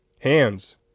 Hands